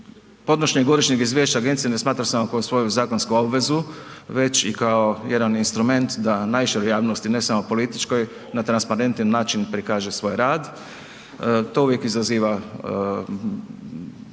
Podnošenjem godišnjeg izvješća agencije ne smatra se … svoju zakonsku obvezu već i kao jedan instrument da najširoj javnosti ne samo političkoj na transparentan način prikaže svoj rad. To uvijek izaziva